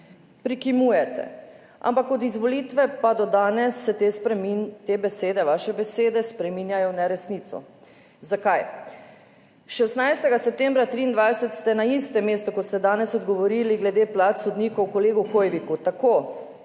Prikimavate, ampak od izvolitve pa do danes se te vaše besede spreminjajo v neresnico. Zakaj? 16. septembra 2023 ste na istem mestu, kot ste danes odgovorili glede plač sodnikov, kolegu Hoiviku